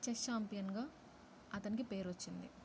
chess చాంపియన్గా అతనికి పేరు వచ్చింది